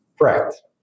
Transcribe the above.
Correct